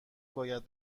باید